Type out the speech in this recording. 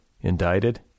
indicted